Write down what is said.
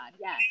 Yes